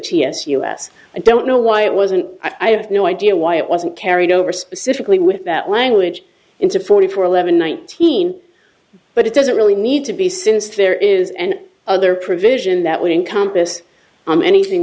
us i don't know why it wasn't i have no idea why it wasn't carried over specifically with that language into forty four eleven nineteen but it doesn't really need to be since there is an other provision that would encompass on anything